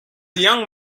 young